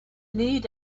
need